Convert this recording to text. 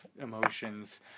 emotions